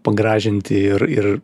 pagražinti ir ir